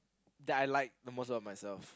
that I like the most out of myself